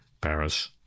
Paris